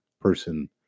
person